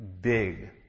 big